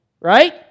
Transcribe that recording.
Right